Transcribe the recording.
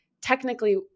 technically